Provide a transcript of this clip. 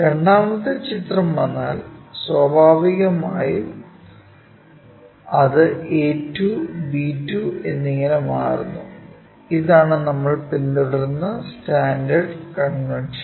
രണ്ടാമത്തെ ചിത്രം വന്നാൽ സ്വാഭാവികമായും അത് a2 b2 എന്നിങ്ങനെ മാറുന്നു അതാണ് നമ്മൾ പിന്തുടരുന്ന സ്റ്റാൻഡേർഡ് കൺവെൻഷൻ